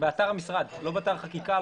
באתר המשרד ולא באתר חקיקה.